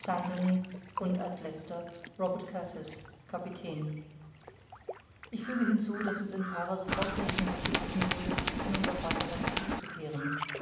und als letzter robert kurtis kapitän ich füge hinzu daß uns in para sofort gelegenheit geboten wurde in unser vaterland zurückzukehren